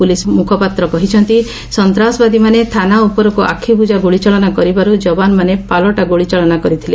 police ମ୍ରଖପାତ୍ର କହିଛନ୍ତି ସନ୍ତାସବାଦୀମାନେ ଥାନା ଉପରକୃ ଆଖିବୃଜା ଗୁଳିଚାଳନା କରିବାର୍ତ ଯବାନମାନେ ପାଲଟା ଗୁଳିଚାଳନା କରିଥିଲେ